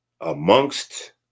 amongst